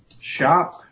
Shop